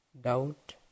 doubt